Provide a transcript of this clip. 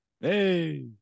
Hey